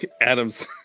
Adams